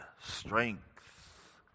strength